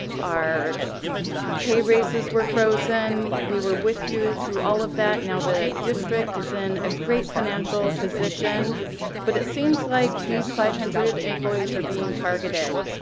our pay raises were frozen. we were with you through all of that. now the district is in a great financial position but it seems like these five hundred employees are being targeted,